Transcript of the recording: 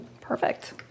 Perfect